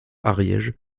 ariège